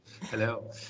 Hello